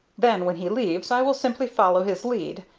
then when he leaves i will simply follow his lead,